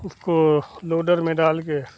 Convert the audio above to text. उसको लोडर में डाल कर